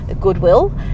goodwill